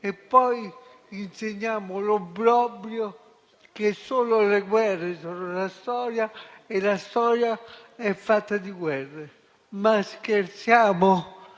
e poi insegniamo l'obbrobrio che solo le guerre sono la storia e che la storia è fatta di guerre. Ma scherziamo?